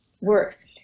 works